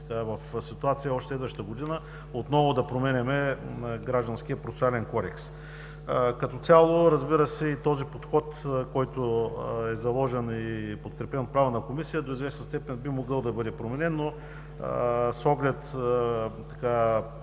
в ситуация още следващата година отново да променяме Гражданския процесуален кодекс. Като цяло и този подход, който е заложен и подкрепен от Правната комисия, до известна степен би могъл да бъде променен, но с оглед